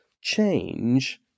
change